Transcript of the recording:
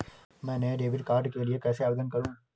मैं नए debit card के लिए कैसे आवेदन करूं?